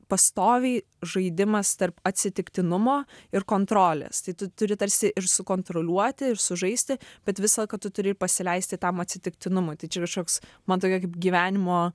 pastoviai žaidimas tarp atsitiktinumo ir kontrolės tai tu turi tarsi sukontroliuoti ir sužaisti bet visą laiką tu turi ir pasileisti tam atsitiktinumui tai čia kažkoks man tokia kaip gyvenimo